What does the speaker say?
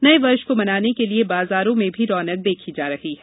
नये वर्ष को मनाने के लिये बाजारों में भी रौनक देखी जा रही है